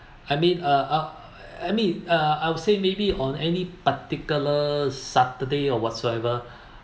I mean uh I mean uh I would say maybe on any particular saturday or whatsoever